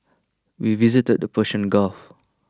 we visited the Persian gulf